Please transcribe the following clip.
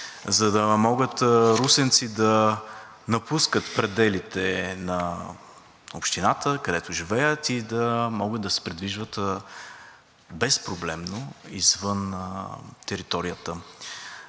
за да могат русенци да напускат пределите на общината, където живеят, и да могат да се придвижват безпроблемно извън територията.